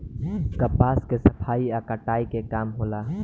कपास के सफाई आ कताई के काम होला